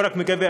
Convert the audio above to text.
לא רק מקווה,